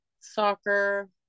soccer